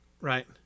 right